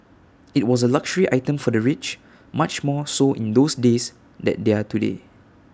IT was A luxury item for the rich much more so in those days than they are today